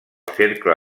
cercle